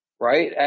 right